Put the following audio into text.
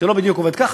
זה לא עובד בדיוק ככה.